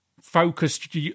focused